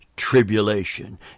tribulation